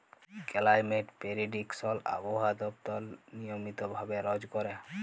climate prediction আবহাওয়া দপ্তর নিয়মিত ভাবে রজ ক্যরে